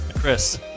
Chris